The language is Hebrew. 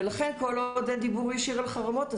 ולכן כל עוד אין דיבור ישיר על חרמות,